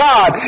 God